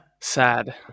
sad